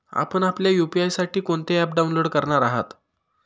आपण आपल्या यू.पी.आय साठी कोणते ॲप डाउनलोड करणार आहात?